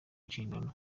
inshingano